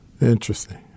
Interesting